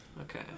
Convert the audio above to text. Okay